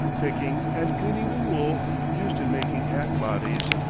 picking, and cleaning the wool used in making hat-bodies,